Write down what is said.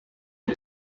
est